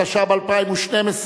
התשע"ב 2012,